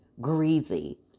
greasy